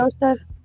Joseph